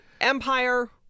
Empire